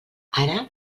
ara